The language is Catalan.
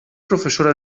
professora